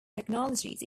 technologies